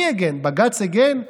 מי הגן, בג"ץ הגן?